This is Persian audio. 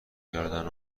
کردن